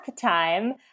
time